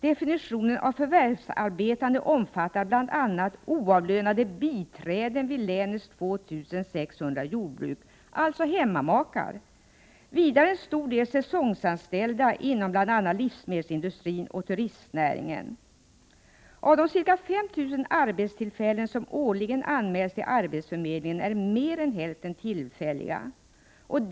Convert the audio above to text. Definitionen av förvärvsarbetande omfattar bl.a. oavlönade ”biträden” vid länets 2 600 jordbruk, alltså hemmamakar, liksom en stor del säsonganställda inom bl.a. livsmedelsindustrin och turistnäringen — av de ca 5 000 arbetstillfällen som årligen anmäls till arbetsförmedlingen är mer än hälften tillfälliga.